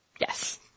Yes